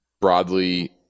broadly